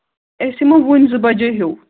أسۍ یِمو وٕنۍ زٕ بَجے ہیوٗ